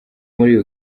muri